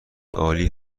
عالی